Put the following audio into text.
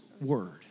Word